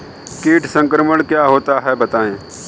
कीट संक्रमण क्या होता है बताएँ?